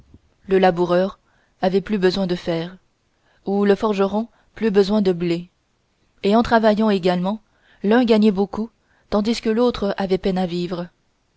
le laboureur avait plus besoin de fer ou le forgeron plus besoin de blé et en travaillant également l'un gagnait beaucoup tandis que l'autre avait peine à vivre